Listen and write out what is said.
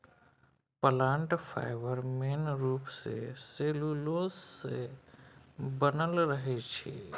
plant fibre main रुप सँ cellulose सँ बनल रहै छै